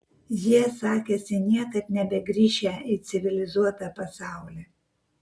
jie sakėsi niekad nebegrįšią į civilizuotą pasaulį